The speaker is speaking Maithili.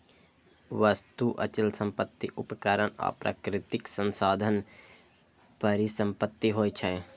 वस्तु, अचल संपत्ति, उपकरण आ प्राकृतिक संसाधन परिसंपत्ति होइ छै